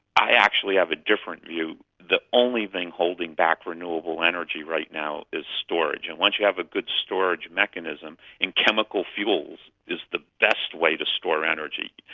i actually have a different view, that the only thing holding back renewable energy right now is storage. and once you have a good storage mechanism, and chemical fuels is the best way to store energy,